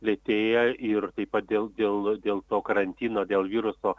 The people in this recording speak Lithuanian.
lėtėja ir taip pat dėl dėl dėl to karantino dėl viruso